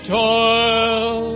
toil